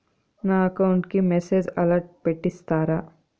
నా అకౌంట్ కి message alert పెట్టిస్తారా